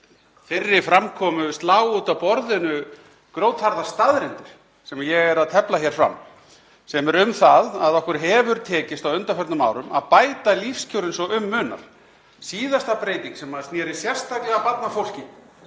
þeirri framkomu slá út af borðinu grjótharðar staðreyndir sem ég er að tefla hér fram, sem eru um það að okkur hefur tekist á undanförnum árum að bæta lífskjörin svo um munar. Síðasta breyting sem sneri sérstaklega barnafólki,